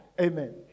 Amen